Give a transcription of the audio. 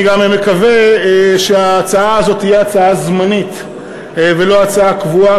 אני גם מקווה שההצעה הזאת תהיה הצעה זמנית ולא הצעה קבועה,